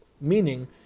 Meaning